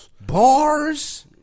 bars